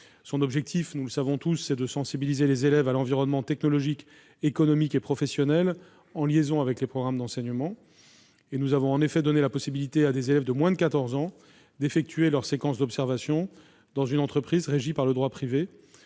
séquence, nous le savons tous, est de sensibiliser les élèves à l'environnement technologique, économique et professionnel en liaison avec les programmes d'enseignement. Nous avons effectivement donné la possibilité à des élèves de moins de 14 ans d'effectuer leur séquence d'observation dans une entreprise régie par le droit privé